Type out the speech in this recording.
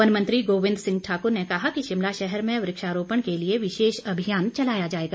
one मंत्री गोविंद सिंह ठाकुर ने कहा कि शिमला शहर में वृक्षारोपण के लिए विशेष अभियान चलाया जाएगा